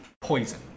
poison